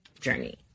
journey